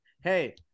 hey